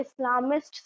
islamist